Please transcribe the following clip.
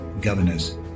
governors